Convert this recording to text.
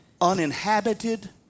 uninhabited